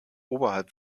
oberhalb